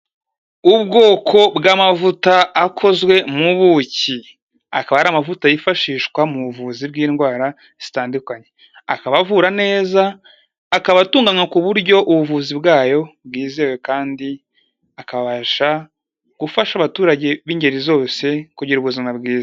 Ubwoko bw'amavuta akozwe mu buki, akaba ari amavuta yifashishwa mu buvuzi bw'indwara zitandukanye, akaba avura neza, akaba atunganywa ku buryo ubuvuzi bwayo bwizewe kandi akabasha gufasha abaturage b'ingeri zose kugira ubuzima bwiza.